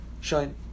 shine